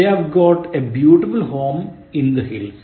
5 They've got a beautiful home in the hills